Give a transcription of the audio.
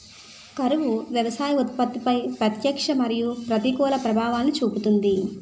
కరువు వ్యవసాయ ఉత్పత్తిపై ప్రత్యక్ష మరియు ప్రతికూల ప్రభావాలను చూపుతుంది